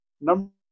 Number